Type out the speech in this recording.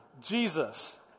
Jesus